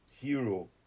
hero